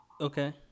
Okay